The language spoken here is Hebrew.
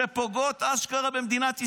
שפוגעות אשכרה במדינת ישראל.